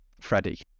freddie